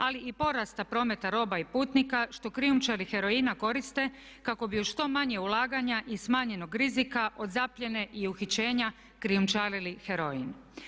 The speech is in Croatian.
Ali i porasta prometa roba i putnika što krijumčari heroina koriste kako bi uz što manje ulaganja i smanjenog rizika od zapljene i uhićenja krijumčarili heroin.